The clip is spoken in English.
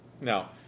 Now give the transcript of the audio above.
Now